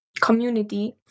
community